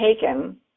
taken